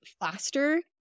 faster